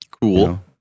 Cool